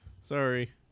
Sorry